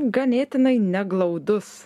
ganėtinai neglaudus